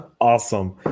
awesome